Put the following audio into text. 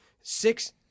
six –